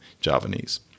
Javanese